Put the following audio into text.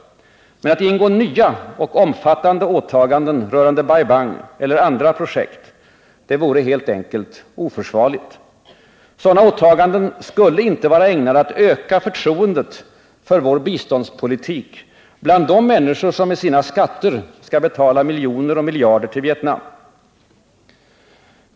Men att ingå nya och omfattande åtaganden rörande Bai Bang eller andra projekt — det vore helt enkelt oförsvarligt. Sådana åtaganden skulle inte vara ägnade att öka förtroendet för vår biståndspolitik bland de människor som med sina skatter skall betala miljoner och miljarder till Vietnam.